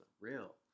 real